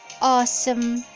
awesome